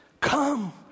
come